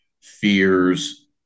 fears